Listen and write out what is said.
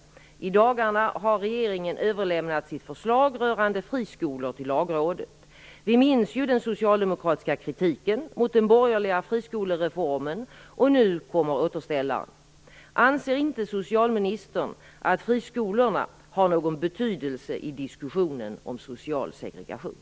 I dagarna har regeringen överlämnat sitt förslag rörande friskolor till lagrådet. Vi minns ju den socialdemokratiska kritiken mot den borgerliga friskolereformen, och nu kommer återställaren. Anser inte socialministern att friskolorna har någon betydelse i diskussionen om social segregation?